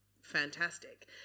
fantastic